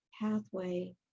pathway